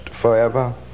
forever